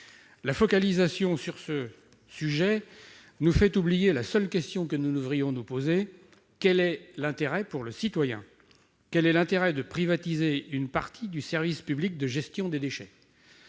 La focalisation sur ce sujet nous fait oublier la seule question que nous devrions nous poser : quel est l'intérêt, pour le citoyen, de privatiser une partie du service public de gestion des déchets ?